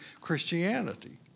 Christianity